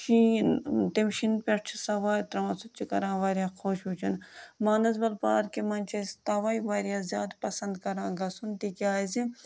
شیٖن تَمہِ شیٖن پٮ۪ٹھ چھِ سَوارِ ترٛاوان سُہ تہِ چھِ کَران واریاہ خوش وٕچھُن مانَسبَل پارکہِ منٛز چھِ أسۍ تَوَے واریاہ زیادٕ پَسنٛد کَران گژھُن تِکیٛازِ